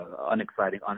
unexciting